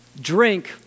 drink